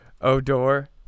Odor